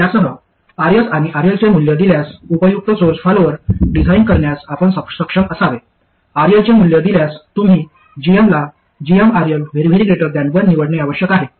तर यासह Rs आणि RL चे मूल्य दिल्यास उपयुक्त सोर्स फॉलोअर डिझाइन करण्यास आपण सक्षम असावे RL चे मूल्य दिल्यास तुम्ही gm ला gmRL 1 निवडणे आवश्यक आहे